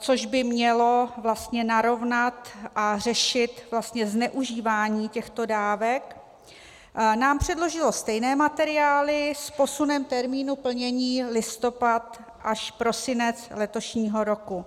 což by mělo vlastně narovnat a řešit zneužívání těchto dávek, nám předložilo stejné materiály s posunem termínu plnění listopad až prosinec letošního roku.